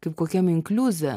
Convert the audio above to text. kaip kokiam inkliuze